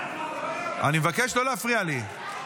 אני מבקש לא להפריע לי.